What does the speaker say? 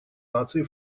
наций